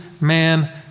man